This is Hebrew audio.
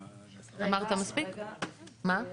כן, בבקשה נטע.